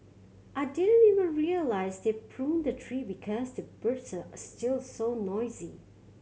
I didn't even realise they pruned the tree because the birds are still so noisy